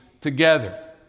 together